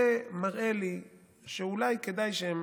זה מראה לי שאולי כדאי שהם